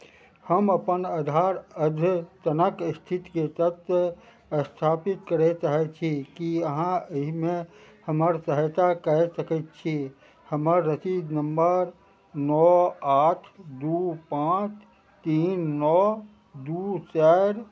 हम अपन आधार अद्यतन स्थितिकेँ तत्व स्थापित करय चाहै छी की अहाँ एहिमे हमर सहायता कय सकैत छी हमर रसीद नंबर नओ आठ दू पाँच तीन नओ दू चारि